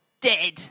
dead